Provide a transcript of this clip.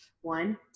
one